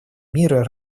мира